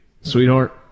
sweetheart